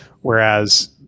whereas